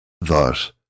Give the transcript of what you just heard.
Thus